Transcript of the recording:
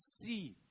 see